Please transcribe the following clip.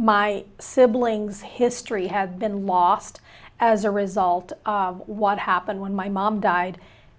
my siblings history have been lost as a result of what happened when my mom died